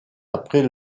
après